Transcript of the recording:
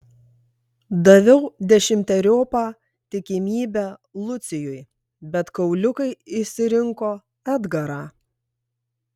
daviau dešimteriopą tikimybę lucijui bet kauliukai išsirinko edgarą